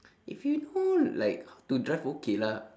if you know like how to drive okay lah